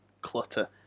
clutter